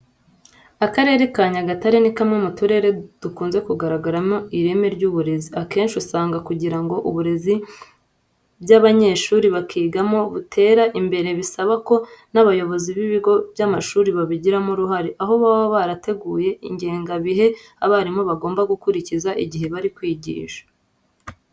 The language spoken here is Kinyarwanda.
Akarere ka Nyagatare ni kamwe mu turere dukunze kugaragaramo ireme ry'uburezi. Akenshi usanga kugira ngo uburezi by'abanyeshuri bakigamo butere imbere bisaba ko n'abayobozi b'ibigo by'amashuri babigiramo uruhare, aho baba barateguye ingengabihe abarimu bagomba gukurikiza igihe bari kwigisha.